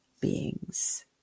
beings